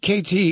KT